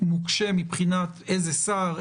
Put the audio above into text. נוקשה מבחינת איזה שר,